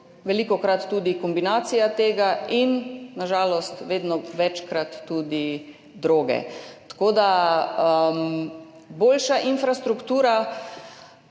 velikokrat tudi kombinacija tega, in na žalost vedno večkrat tudi droge. Tako da boljša infrastruktura